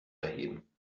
erheben